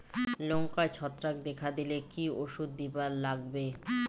লঙ্কায় ছত্রাক দেখা দিলে কি ওষুধ দিবার লাগবে?